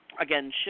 Again